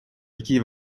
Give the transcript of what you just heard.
який